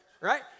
right